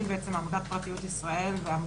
אני מנכ"לית עמותת פרטיות ישראל, ואני